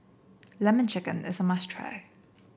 lemon chicken is a must try